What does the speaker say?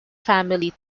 family